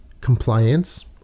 compliance